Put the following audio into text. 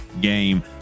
game